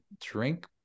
Drink